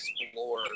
explore